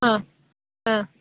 ಹಾಂ ಹಾಂ